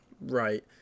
Right